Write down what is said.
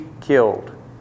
killed